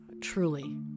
Truly